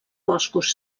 boscos